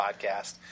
podcast